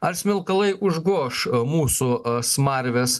ar smilkalai užgoš mūsų smarvės